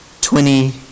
twenty